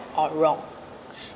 or wrong